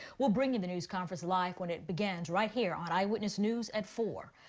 we'll bring you the news conference live when it begins right here on eyewitness news at four.